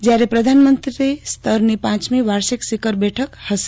જયારે પ્રધાનમંત્રો સ્તરની પાંચમી વાર્ષિક શિખરબેઠક હશે